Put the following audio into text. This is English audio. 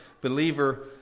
believer